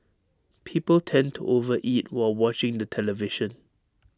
people tend to over eat while watching the television